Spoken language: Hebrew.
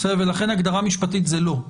ולכן הגדרה משפטית זה לא.